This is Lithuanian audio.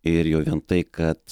ir jau vien tai kad